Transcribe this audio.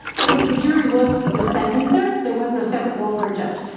so the jury was the sentencer. there was no separate role for a judge.